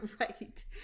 right